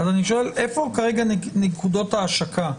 אז אני שואל איפה כרגע נקודות ההשקה?